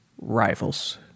rivals